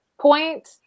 point